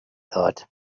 thought